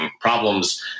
problems